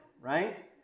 right